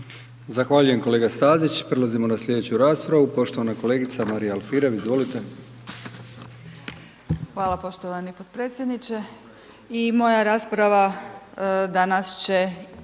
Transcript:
Zahvaljujem kolega Stazić. Prelazimo na slijedeću raspravu, poštovana kolegica Marija Alfirev, izvolite. **Alfirev, Marija (SDP)** Hvala poštovani podpredsjedniče i moja rasprava danas će